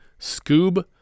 Scoob